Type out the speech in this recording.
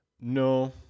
No